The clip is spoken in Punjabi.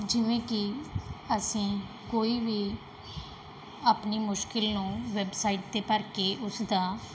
ਜਿਵੇਂ ਕਿ ਅਸੀਂ ਕੋਈ ਵੀ ਆਪਣੀ ਮੁਸ਼ਕਿਲ ਨੂੰ ਵੈਬਸਾਈਟ 'ਤੇ ਭਰ ਕੇ ਉਸ ਦਾ